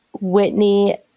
Whitney